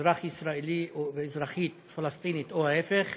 אזרח ישראלי או אזרחית פלסטינית או ההפך,